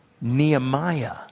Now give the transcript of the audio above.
Nehemiah